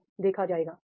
यह देखा जाएगा